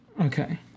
Okay